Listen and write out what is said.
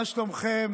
מה שלומכם?